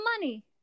money